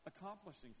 accomplishing